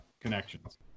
connections